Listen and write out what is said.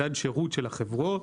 מדד שירות של החברות.